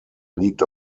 liegt